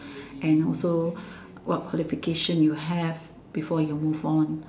and also what qualification you have before you move on